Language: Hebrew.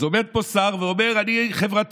אז עומד פה שר ואומר: אני חברתי.